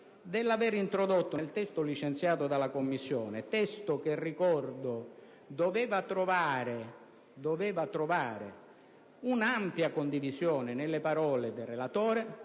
che parte proprio dal testo licenziato dalla Commissione: testo che - ricordo - doveva trovare un'ampia condivisione, nelle parole del relatore